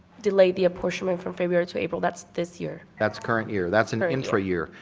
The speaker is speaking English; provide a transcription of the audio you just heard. delay the apportionment from february to april, that's this year? that's current year, that's an intra year.